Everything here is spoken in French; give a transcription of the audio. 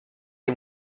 les